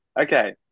Okay